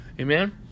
Amen